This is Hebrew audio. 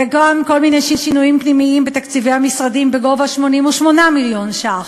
וגם כל מיני שינויים פנימיים בתקציבי המשרדים בגובה 88 מיליון ש"ח.